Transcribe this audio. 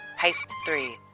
heist three.